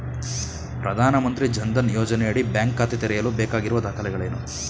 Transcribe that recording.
ಪ್ರಧಾನಮಂತ್ರಿ ಜನ್ ಧನ್ ಯೋಜನೆಯಡಿ ಬ್ಯಾಂಕ್ ಖಾತೆ ತೆರೆಯಲು ಬೇಕಾಗಿರುವ ದಾಖಲೆಗಳೇನು?